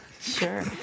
Sure